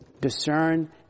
discern